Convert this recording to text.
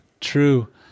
true